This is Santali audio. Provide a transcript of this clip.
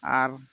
ᱟᱨ